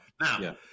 Now